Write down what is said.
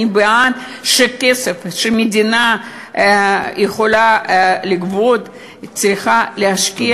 אני בעד שכסף שהמדינה יכולה לגבות היא צריכה להשקיע